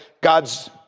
God's